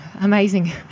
amazing